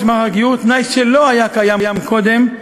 תנאי שלא היה קיים קודם,